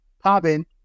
popping